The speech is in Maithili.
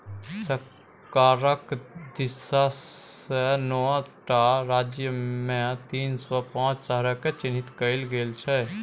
सरकारक दिससँ नौ टा राज्यमे तीन सौ पांच शहरकेँ चिह्नित कएल गेल छै